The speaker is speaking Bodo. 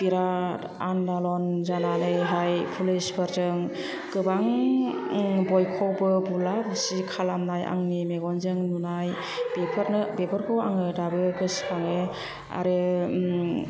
बिराट आन्दालन जानानैहाय पुलिसफोरजों गोबां बयखौबो बुला बुसि खालामनाय आंनि मेगनजों नुनाय बेफोरनो बेफोरखौ आङो दाबो गोसोखाङो आरो